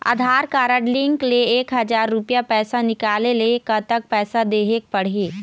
आधार card link ले एक हजार रुपया पैसा निकाले ले कतक पैसा देहेक पड़ही?